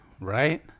Right